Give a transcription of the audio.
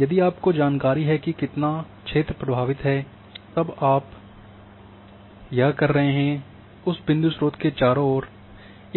यदि आपको जानकारी है कि कितना क्षेत्र प्रभावित है तब आप कर रहे हैं उस बिंदु स्रोत के चारों ओर